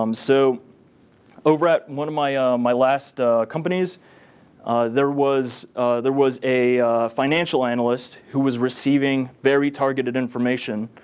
um so over at one of my ah my last companies there was there was a financial analyst who was receiving very targeted information